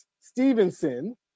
Stevenson